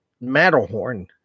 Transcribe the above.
matterhorn